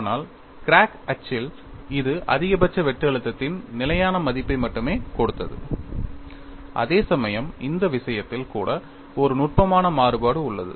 ஆனால் கிராக் அச்சில் இது அதிகபட்ச வெட்டு அழுத்தத்தின் நிலையான மதிப்பை மட்டுமே கொடுத்தது அதேசமயம் இந்த விஷயத்தில் கூட ஒரு நுட்பமான மாறுபாடு உள்ளது